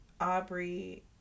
Aubrey